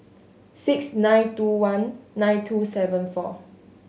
six nine two one nine two seven four